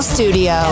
Studio